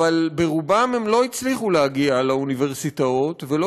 אבל ברובם הם לא הצליחו להגיע לאוניברסיטאות ולא